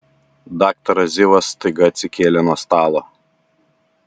daktaras zivas staiga atsikėlė nuo stalo